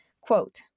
Quote